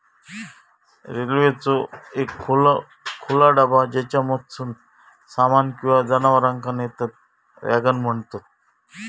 रेल्वेचो एक खुला डबा ज्येच्यामधसून सामान किंवा जनावरांका नेतत वॅगन म्हणतत